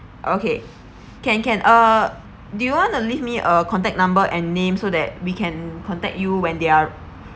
okay can can uh do you want to leave me a contact number and name so that we can contact you when they are